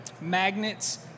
magnets